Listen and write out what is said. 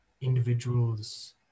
individuals